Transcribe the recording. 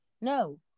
No